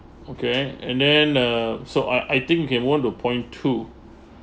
okay and then uh so I I think you can want to point to